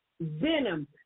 venom